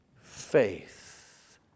faith